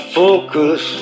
focus